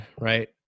right